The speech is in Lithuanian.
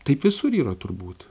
taip visur yra turbūt